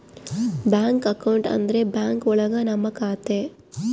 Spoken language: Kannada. ಬ್ಯಾಂಕ್ ಅಕೌಂಟ್ ಅಂದ್ರೆ ಬ್ಯಾಂಕ್ ಒಳಗ ನಮ್ ಖಾತೆ